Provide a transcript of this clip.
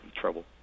trouble